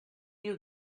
you